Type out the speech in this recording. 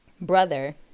brother